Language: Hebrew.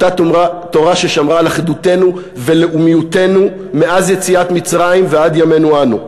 אותה תורה ששמרה על אחדותנו ולאומיותנו מאז יציאת מצרים ועד ימינו אנו.